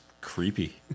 creepy